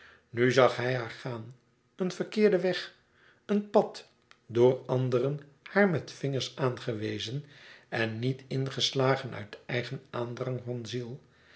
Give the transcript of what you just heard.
nu zag hij haar gaan een verkeerden weg een pad door anderen haar met vingers aangewezen en niet ingeslagen uit eigen aandrang van ziel